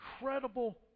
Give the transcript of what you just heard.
incredible